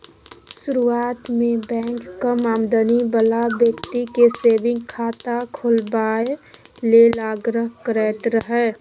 शुरुआत मे बैंक कम आमदनी बला बेकती केँ सेबिंग खाता खोलबाबए लेल आग्रह करैत रहय